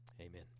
Amen